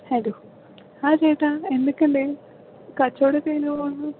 hello ആ ചേട്ടാ എന്തൊക്കെ ഉണ്ട് കച്ചവടം ഒക്കെ എങ്ങനെ പോവുന്നു